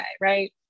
right